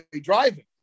driving